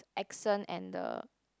accent and the